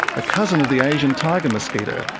a cousin of the asian tiger mosquito,